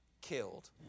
killed